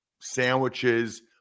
sandwiches